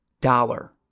dollar